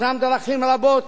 ישנן דרכים רבות